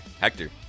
Hector